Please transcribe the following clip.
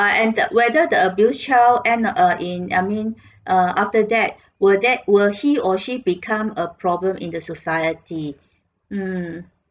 and the whether the abused child end err in I mean uh after that will that will he or she become a problem in the society mm